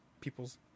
people's